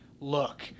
look